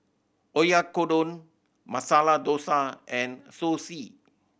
Oyakodon Masala Dosa and Zosui